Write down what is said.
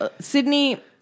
Sydney